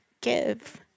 give